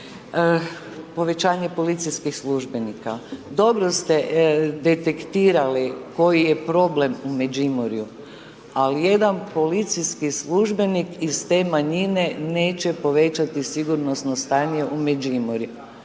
povećanje policijskih službenika. Dobro ste detektirali koji je problem u Međimurju, ali jedan policijski službenik iz te manjine, neće povećati sigurnosno stanje u Međimurju.